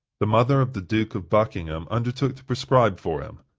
the mother of the duke of buckingham undertook to prescribe for him.